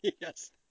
Yes